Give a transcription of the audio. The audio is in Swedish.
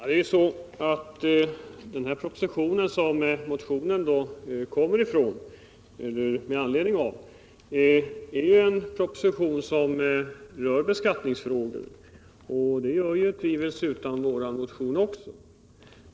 Herr talman! Den proposition som har gett anledning till vår motion rör ju beskattningsfrågor, och det gör tvivelsutan vår motion också.